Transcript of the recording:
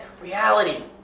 reality